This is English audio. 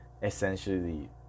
essentially